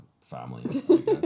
family